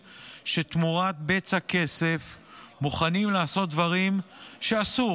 שתמורת בצע כסף מוכנים לעשות דברים שאסור,